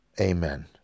Amen